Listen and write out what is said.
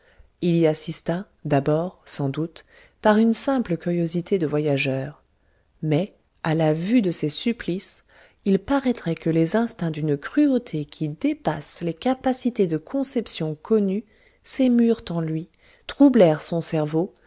il y assista d'abord sans doute par une simple curiosité de voyageur mais à la vue de ces supplices il paraîtrait que les instincts d'une cruauté qui dépasse les capacités de conception connues s'émurent en lui troublèrent son cerveau